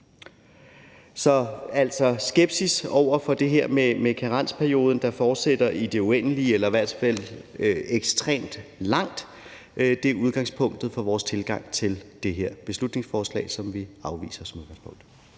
har altså en skepsis over for det her med karensperioden, der fortsætter i det uendelige eller i hvert fald i ekstremt lang tid. Det er udgangspunktet for vores tilgang til det her beslutningsforslag. Vi afviser det som udgangspunkt.